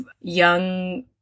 young